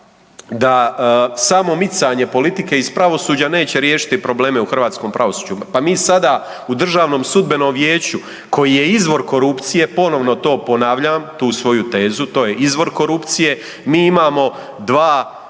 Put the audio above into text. da samo micanje politike iz pravosuđa neće riješiti probleme u hrvatskom pravosuđu. Pa mi sada u DSV-u koji je izvor korupcije, ponovno to ponavljam tu svoju tezu to je izvor korupcije, mi imamo dva